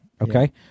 Okay